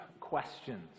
questions